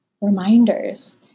reminders